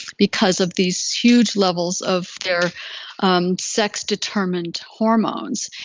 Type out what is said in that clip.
because of these huge levels of their um sex determined hormones.